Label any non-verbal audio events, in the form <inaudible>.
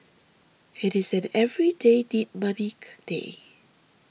it is an everyday need money <unintelligible> day